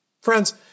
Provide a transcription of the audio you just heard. Friends